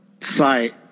site